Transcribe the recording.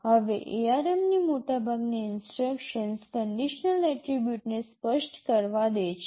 હવે ARM ની મોટાભાગની ઇન્સટ્રક્શન્સ કન્ડિશનલ એટ્રીબ્યુટને સ્પષ્ટ કરવા દે છે